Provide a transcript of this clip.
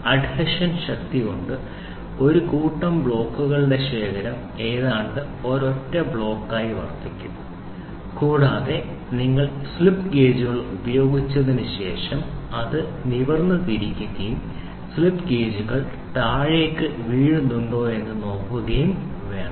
adhesion ശക്തി കൊണ്ട് ഒരു കൂട്ടം ബ്ലോക്കുകളുടെ ശേഖരം ഏതാണ്ട് ഒരൊറ്റ ബ്ലോക്കായി വർത്തിക്കും കൂടാതെ നിങ്ങൾ സ്ലിപ്പ് ഗേജുകൾ ഉപയോഗിച്ചതിന് ശേഷം അത് നിവർന്ന് തിരിക്കുകയും സ്ലിപ്പ് ഗേജുകൾ താഴേക്ക് വീഴുന്നുണ്ടോ എന്ന് നോക്കുകയും വേണം